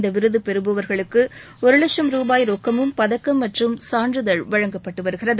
இந்த விருது பெறுபவர்களுக்கு ஒரு லட்சும் ரூபாய் ரொக்கமும் பதக்கம் மற்றும் சான்றிதழ் வழங்கப்பட்டு வருகிறது